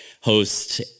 host